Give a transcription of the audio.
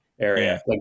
area